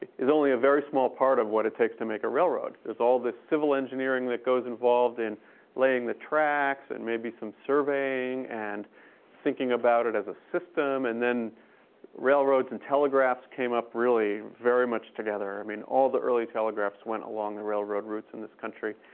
only a very small part of what it takes to make a railroad. there's all this civil engineering that goes involved in laying the tracks, and maybe some surveying, and thinking about it as a system. and then railroads and telegraphs came up really very much together. i mean all the early telegraphs went along the railroad routes in this country.